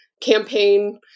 campaign